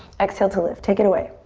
exhale to lift, take it away.